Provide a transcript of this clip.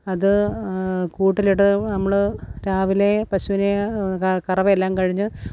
അത് കൂട്ടിലിട്ട് നമ്മൾ രാവിലെ പശുവിനെ കറവയെല്ലാം കഴിഞ്ഞ്